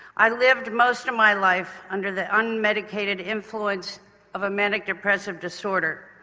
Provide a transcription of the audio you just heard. i lived most of my life under the unmedicated influence of a manic depressive disorder,